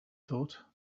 thought